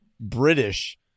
british